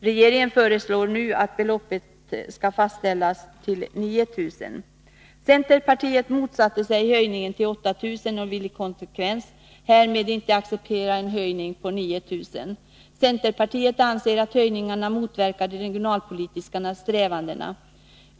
Regeringen föreslår nu att beloppet skall fastställas till 9 000 kr. Centerpartiet motsatte sig höjningen till 8000 och vill i konsekvens härmed inte acceptera höjningen till 9000 kr. Centerpartiet anser att höjningen motverkar de regionalpolitiska strävandena.